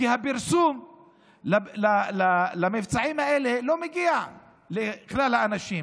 כי הפרסום למבצעים האלה לא מגיע לכלל האנשים,